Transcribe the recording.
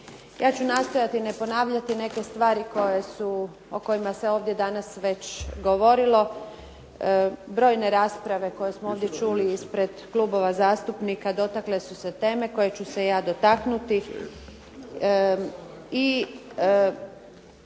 Ja ću nastojati ne ponavljati neke stvari koje su, o kojima se ovdje danas već govorilo, brojne rasprave koje smo ovdje čuli ispred klubova zastupnika dotakle su se teme koje ću se ja dotaknuti.